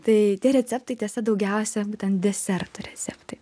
tai tie receptai tiesa daugiausia būtent desertų receptai